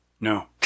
No